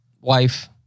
wife